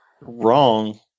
wrong